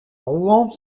rouen